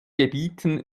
gebieten